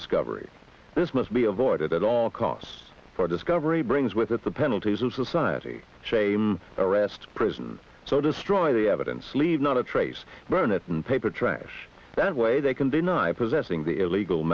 discovery this must be avoided at all costs for discovery brings with it the penalties of society shame arrest prison so destroy the evidence not a trace burn it and paper trash that way they can deny possessing the illegal